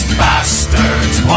bastards